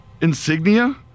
Insignia